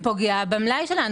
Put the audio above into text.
זה פוגע במלאי שלנו.